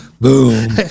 Boom